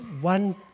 one